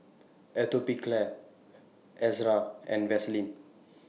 Atopiclair Ezerra and Vaselin